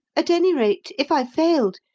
at any rate, if i failed,